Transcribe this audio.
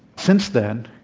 since then,